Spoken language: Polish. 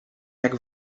jak